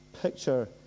picture